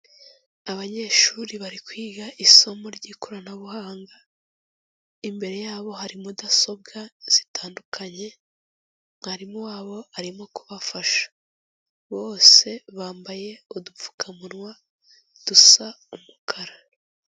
Abanyeshuri bari kwiga isomo ry'ikoranabuhanga. Imbere yabo hari mudasobwa zitandukanye, mwarimu wabo arimo kubafasha. Bose bambaye udupfukamunwa dusa umukara.